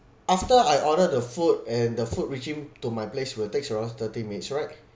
after I order the food and the food reaching to my place will takes around thirty minutes right